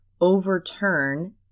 overturn